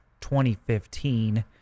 2015